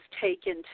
taken